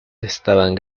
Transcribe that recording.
estaban